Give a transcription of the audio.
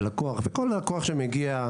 לקוח וכל לקוח שמגיע,